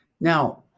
now